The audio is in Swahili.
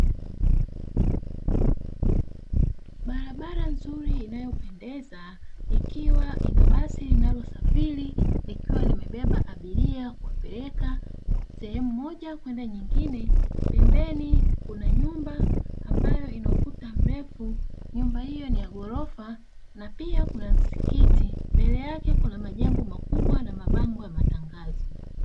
Barabara nzuri inayopendeza ikiwa inabasi linalosafiri likiwa limebeba abilia kwajili ya kuwapeleka sehemu moja kwenda nyingine, pembeni kuna nyumba ambayo inaukuta mlefu, nyumba hiyo ni ya gorofa na pia kuna msikiti, mbele yake kuna majengo makubwa na mabango ya matangazo.